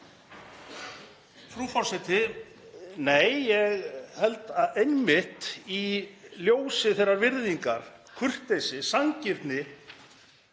Frú forseti. Nei, ég held einmitt í ljósi þeirrar virðingar, kurteisi, sanngirni